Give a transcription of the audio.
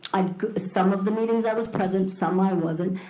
um some of the meetings i was present, some i wasn't.